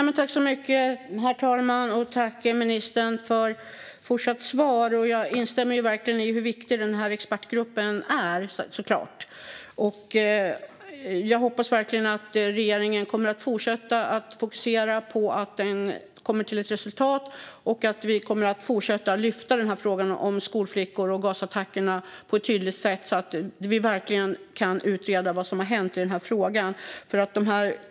Herr talman! Tack, ministern, för det fortsatta svaret! Jag instämmer verkligen i hur viktig den här expertgruppen är, såklart, och hoppas att regeringen kommer att fortsätta fokusera på att den kommer till ett resultat. Jag hoppas också att vi kommer att fortsätta lyfta frågan om gasattackerna mot skolflickor på ett tydligt sätt så att vi verkligen kan utreda vad som hänt i den frågan.